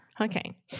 Okay